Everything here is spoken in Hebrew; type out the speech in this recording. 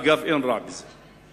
אגב, אין רע בזה,